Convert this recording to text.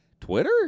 Twitter